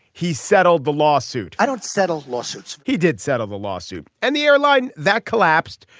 he settled the lawsuit. i don't settle lawsuits. he did settle the lawsuit and the airline that collapsed.